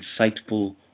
insightful